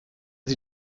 sie